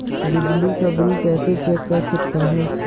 बिजली का बिल कैसे चेक कर सकता हूँ?